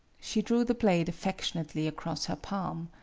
she drew the blade affectionately across her palm.